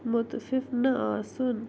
مُتفِف نہٕ آسُن